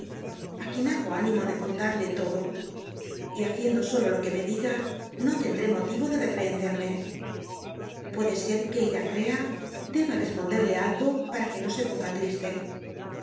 á quien hago ánimo de contarle todo y haciendo solo lo que me diga po tendré motivo de reprehenderme puede ser que rila crea deba responderle algo para que no se ponga triste